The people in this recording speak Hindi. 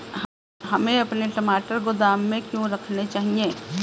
हमें अपने टमाटर गोदाम में क्यों रखने चाहिए?